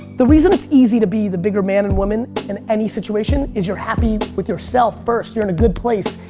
the reason it's easy to be the bigger man and woman in any situation is you're happy with yourself first, you're in a good place.